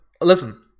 listen